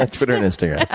ah twitter and instagram,